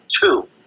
two